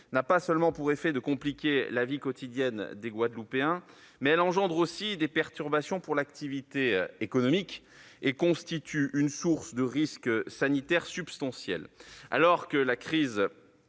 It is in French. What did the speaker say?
n'a pas seulement pour effet de compliquer la vie quotidienne des Guadeloupéens. Elle crée aussi des perturbations de l'activité économique et constitue une source de risques sanitaires substantiels. Alors que la crise